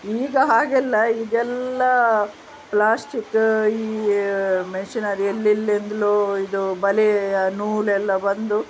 ಈಗ ಹಾಗೆ ಅಲ್ಲ ಈಗೆಲ್ಲ ಪ್ಲಾಸ್ಟಿಕ್ ಈ ಮೆಷಿನರಿ ಎಲ್ಲೆಲ್ಲಿಂದಲೋ ಇದು ಬಲೆ ನೂಲೆಲ್ಲ ಬಂದು